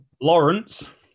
Lawrence